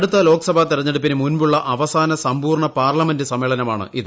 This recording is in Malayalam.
അടുത്ത ലോക്സഭ തെരഞ്ഞെടുപ്പിന് മുൻപുള്ള അവസാന സമ്പൂർണ്ണ പാർലമെന്റ് സമ്മേളനമാണിത്